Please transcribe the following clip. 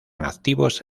activos